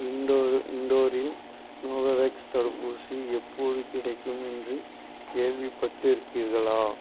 indoor இண்டோரில் Novavax தடுப்பூசி எப்போது கிடைக்கும் என்று கேள்விப்பட்டிருக்கிறீர்களா